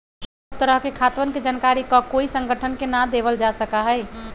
सब तरह के खातवन के जानकारी ककोई संगठन के ना देवल जा सका हई